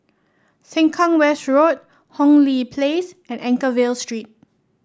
Sengkang West Road Hong Lee Place and Anchorvale Street